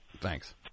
Thanks